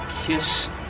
kiss